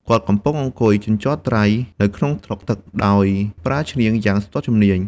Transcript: គាត់កំពុងអង្គុយជញ្ជាត់ត្រីនៅក្នុងថ្លុកទឹក ដោយប្រើឈ្នាងយ៉ាងស្ទាត់ជំនាញ។